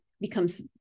becomes